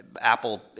Apple